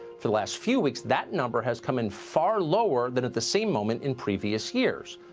for the last few weeks, that number has come in far lower than at the same moment in previous years.